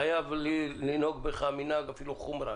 חייב לנהוג בך אפילו מנהג חומרא.